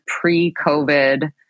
pre-COVID